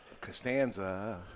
Costanza